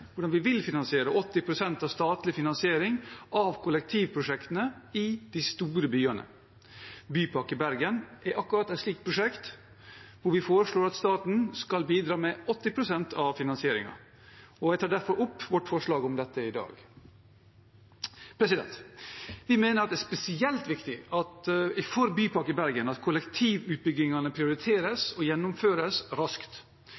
hvordan vi kan og vil få til 80 pst. statlig finansiering av kollektivprosjektene i de store byene. Bypakke Bergen er akkurat et slikt prosjekt, hvor vi foreslår at staten skal bidra med 80 pst. av finansieringen. Jeg tar derfor opp vårt forslag om dette i dag. Vi mener det er spesielt viktig for Bypakke Bergen at kollektivutbyggingene prioriteres og gjennomføres raskt.